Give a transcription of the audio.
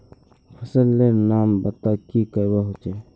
फसल लेर नाम बता की करवा होचे?